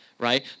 right